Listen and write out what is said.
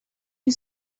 you